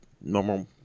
normal